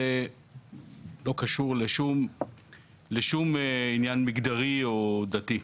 וזה ללא קשר לשום עניין מגדרי או דתי.